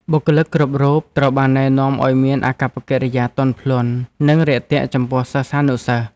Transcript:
បុគ្គលិកគ្រប់រូបត្រូវបានណែនាំឱ្យមានអាកប្បកិរិយាទន់ភ្លន់និងរាក់ទាក់ចំពោះសិស្សានុសិស្ស។